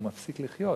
הוא מפסיק לחיות.